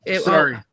Sorry